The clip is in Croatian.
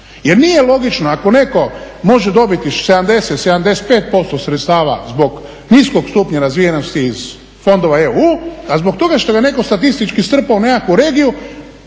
jer nije logično ako neko može dobiti 70, 75% sredstava zbog niskog stupnja razvijenosti iz fondova EU, a zbog toga što ga neko statistički strpao u nekakvu regiju,